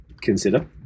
consider